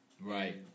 Right